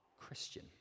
Christian